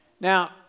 Now